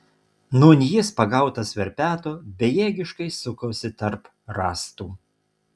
nūn jis pagautas verpeto bejėgiškai sukosi tarp rąstų